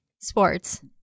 Sports